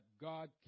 God